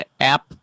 app